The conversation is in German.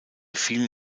vielen